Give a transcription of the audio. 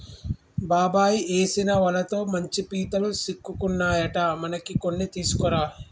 బాబాయ్ ఏసిన వలతో మంచి పీతలు సిక్కుకున్నాయట మనకి కొన్ని తీసుకురా